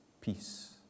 peace